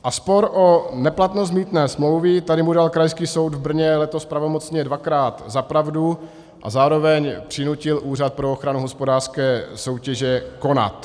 A spor o neplatnost mýtné smlouvy, tady mu dal Krajský soud v Brně letos pravomocně dvakrát za pravdu a zároveň přinutil Úřad pro ochranu hospodářské soutěže konat.